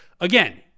again